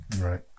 right